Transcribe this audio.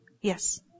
Yes